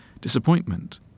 disappointment